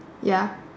ya